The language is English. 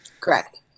correct